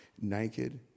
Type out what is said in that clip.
naked